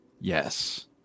yes